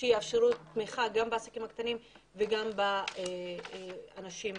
שיאפשרו תמיכה גם בעסקים הקטנים וגם באנשים פרטיים.